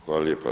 Hvala lijepa.